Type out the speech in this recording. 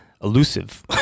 elusive